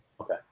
Okay